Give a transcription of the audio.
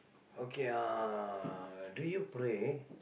okay uh do you pray